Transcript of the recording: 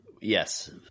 yes